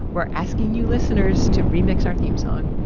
we're asking you listeners to remix our theme song